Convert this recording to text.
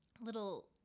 little